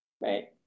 right